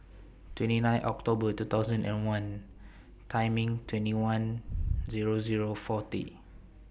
twenty nine October two thousand and one Time in twenty one Zero Zero forty